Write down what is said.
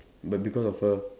but because of her